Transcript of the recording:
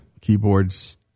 keyboards